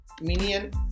Minion